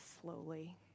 slowly